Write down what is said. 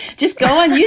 just go ah yeah